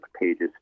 pages